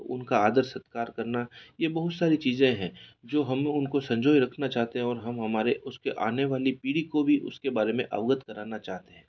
उनका आदर सत्कार करना यह बहुत सारी चीज़ें हैं जो हम उनको संजोए रखना चाहते हैं और हम हमारे उसके आने वाली पीढ़ी को भी उसके बारे में अवगत कराना चाहते हैं